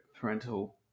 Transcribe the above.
parental